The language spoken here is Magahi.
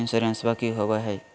इंसोरेंसबा की होंबई हय?